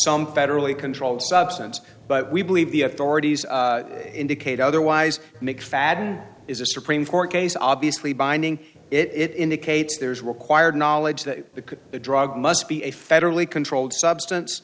some federally controlled substance but we believe the authorities indicate otherwise mcfadden is a supreme court case obviously binding it indicates there is required knowledge that the drug must be a federally controlled